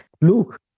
look